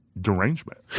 derangement